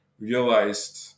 realized